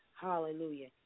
hallelujah